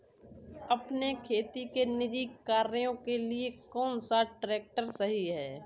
अपने खेती के निजी कार्यों के लिए कौन सा ट्रैक्टर सही है?